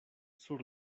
sur